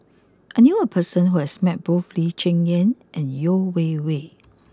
I knew a person who has met both Lee Cheng Yan and Yeo Wei Wei